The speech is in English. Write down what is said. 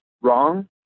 wrong